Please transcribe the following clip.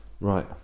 Right